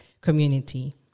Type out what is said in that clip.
community